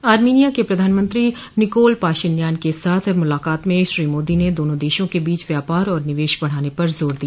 Armenia के प्रधानमंत्री Nikol Pashinyan के साथ मुलाकात में श्री मोदी ने दोनों दशों के बीच व्यापार और निवेश बढ़ाने पर जोर दिया